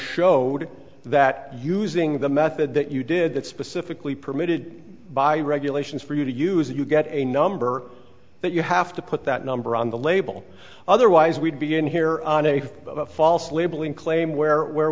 showed that using the method that you did that specifically permitted by regulations for you to use you get a number that you have to put that number on the label otherwise we'd be in here on a false labeling claim where where